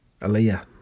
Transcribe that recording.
Aaliyah